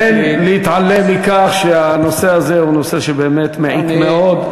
אין להתעלם מכך שהנושא הזה הוא נושא שבאמת מעיק מאוד.